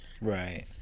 Right